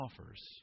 offers